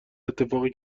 اتفاقی